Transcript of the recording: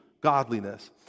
godliness